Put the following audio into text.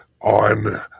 on